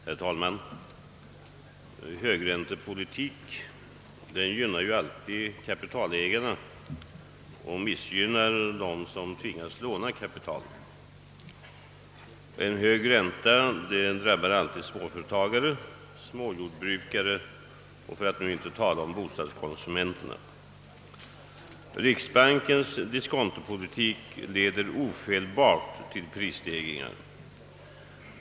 Herr talman! Högräntepolitik gynnar alltid kapitalägarna och missgynnar dem som tvingas låna kapital. En hög ränta drabbar alltid småföretagare och småjordbrukare för att nu inte tala om bostadskonsumenterna. Riksbankens = diskontopolitik leder ofelbart till prisstegringar.